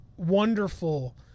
wonderful